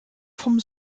vom